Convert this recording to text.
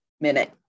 minute